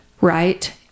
Right